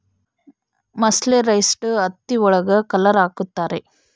mercerised ಹತ್ತಿ ಒಳಗ colour ಹಾಕುತ್ತಾರೆ